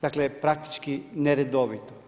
Dakle, praktički neredovito.